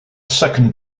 second